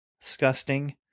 disgusting